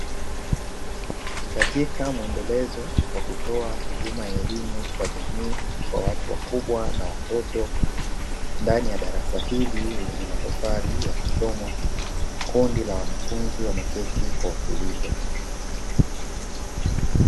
Katika mwendelezo wa kutoa huduma ya elimu kwa jamii kwa watu wakubwa na watoto ndani ya darasa hili lenye matofali ya kuchomwa, kundi la wanafunzi wameketi kwa utulivu.